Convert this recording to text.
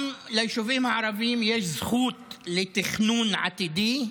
גם ליישובים הערביים יש זכות לתכנון עתידי,